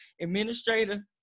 administrator